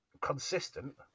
consistent